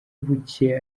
buke